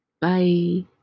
Bye